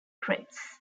krebs